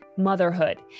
motherhood